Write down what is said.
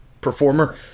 performer